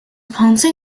ponce